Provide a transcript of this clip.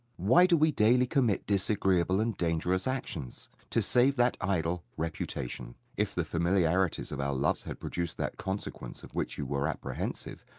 why do we daily commit disagreeable and dangerous actions? to save that idol, reputation. if the familiarities of our loves had produced that consequence of which you were apprehensive,